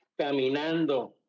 Caminando